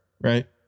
right